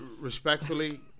respectfully